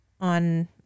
on